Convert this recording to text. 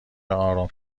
آرام